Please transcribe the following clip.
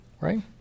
right